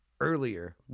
earlier